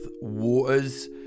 Waters